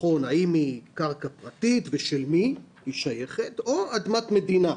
האם היא קרקע פרטית ולמי היא שייכת או אדמת מדינה.